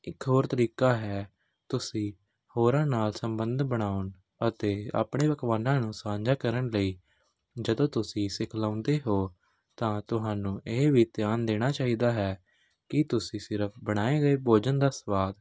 ਇੱਕ ਹੋਰ ਤਰੀਕਾ ਹੈ ਤੁਸੀਂ ਹੋਰਾਂ ਨਾਲ ਸੰਬੰਧ ਬਣਾਉਣ ਅਤੇ ਆਪਣੇ ਪਕਵਾਨਾਂ ਨੂੰ ਸਾਂਝਾ ਕਰਨ ਲਈ ਜਦੋਂ ਤੁਸੀਂ ਸਿਖਲਾਉਂਦੇ ਹੋ ਤਾਂ ਤੁਹਾਨੂੰ ਇਹ ਵੀ ਧਿਆਨ ਦੇਣਾ ਚਾਹੀਦਾ ਹੈ ਕਿ ਤੁਸੀਂ ਸਿਰਫ ਬਣਾਏ ਗਏ ਭੋਜਨ ਦਾ ਸਵਾਦ